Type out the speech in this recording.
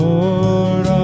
Lord